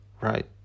right